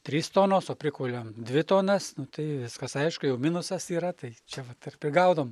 trys tonos o prikuliam dvi tonas nu tai viskas aišku jau minusas yra tai čia vat ir prigaudom